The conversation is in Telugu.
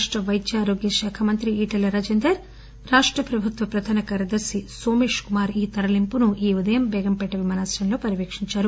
రాష్ట వైద్య ఆరోగ్య శాఖ మంత్రి ఈటల రాజేందర్ రాష్ట ప్రభుత్వ ప్రధాన కార్యదర్శి సోమేష్ కుమార్ ఈ తరలింపును ఈ ఉదయం బేగంపేట్ విమానశ్రయంలో పర్యవేక్షించారు